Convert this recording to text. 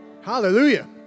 Hallelujah